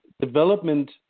development